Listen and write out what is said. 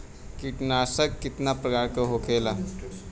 कीटनाशक कितना प्रकार के होखेला?